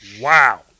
Wow